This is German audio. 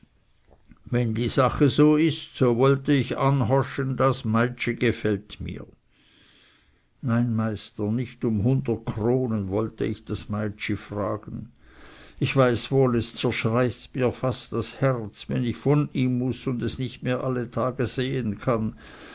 wenn die sache so ist so wollte ich anhoschen das meitschi gefällt mir nein meister nicht um hundert kronen wollte ich das meitschi fragen ich weiß wohl es zerschreißt mir fast das herz wenn ich von ihm muß und es nicht mehr alle tage sehen kann